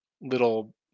little